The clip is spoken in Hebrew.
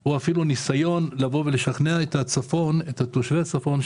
או אפילו ניסיון לשכנע את תושבי הצפון,